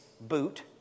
boot